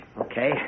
Okay